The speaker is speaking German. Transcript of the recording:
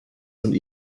und